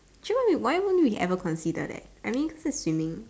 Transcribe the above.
actually why won't we ever consider that I mean coz it's swimming